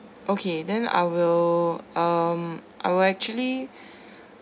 okay then I will um I will actually